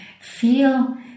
feel